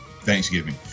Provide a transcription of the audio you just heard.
Thanksgiving